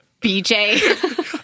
BJ